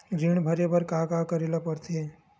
ऋण भरे बर का का करे ला परथे?